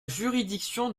juridiction